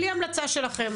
בלי המלצה שלכם.